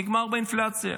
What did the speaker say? נגמר באינפלציה